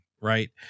right